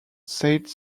said